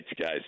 guys